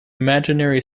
imaginary